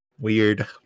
Weird